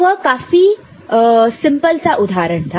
तो वह काफी और सिंपल सा उदाहरण था